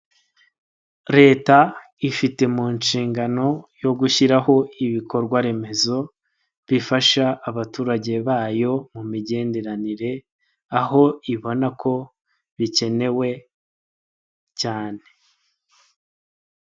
Leta ifite mu nshingano yo gushyiraho ibikorwa remezo, bifasha abaturage bayo mu migenderanire aho ibona ko bikenewe cyane.